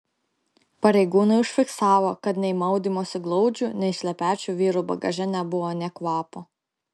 pareigūnai užfiksavo kad nei maudymosi glaudžių nei šlepečių vyrų bagaže nebuvo nė kvapo